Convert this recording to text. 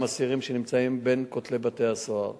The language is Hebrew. אסירים שנמצאים בין כותלי בתי-הסוהר.